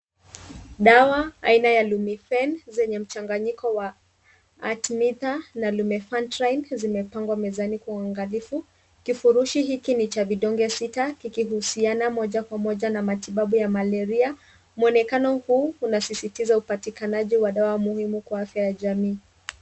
Dawa aina ya Lumifen zenye mchanganyiko wa Artemether na Lumefantrine zimepangwa mezani kwa uangalifu. Kifurushi hiki ni cha vidonge sita, kikihusiana moja kwa moja na matibabu ya malaria. Mwonekano huu unasisitiza upatikanaji wa dawa muhimu kwa afya ya jamii.